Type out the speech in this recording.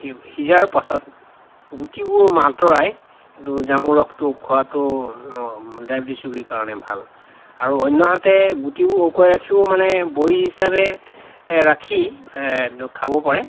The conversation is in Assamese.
সিজাৰ পাছত গুটিবোৰ আঁতৰাই এইটো জামুৰ ৰসটো খোৱাতো মানে ডায়েবেটিছ ৰোগীৰ কাৰণে ভাল আৰু অন্যহাতে গুটিবোৰ শুকুৱাই ৰাখিও মানে বড়ী হিচাপে ৰাখি খাব পাৰে